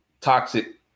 toxic